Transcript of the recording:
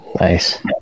Nice